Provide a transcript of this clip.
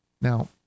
Now